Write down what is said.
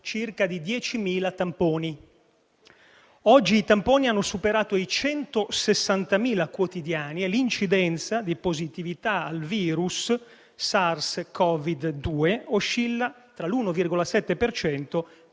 circa 10.000. Oggi i tamponi hanno superato i 160.000 quotidiani e l'incidenza di positività al virus Sars-Cov-2 oscilla tra l'1,7